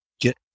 get